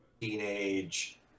teenage